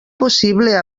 possible